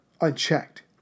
unchecked